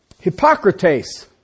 Hippocrates